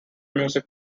music